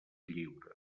lliure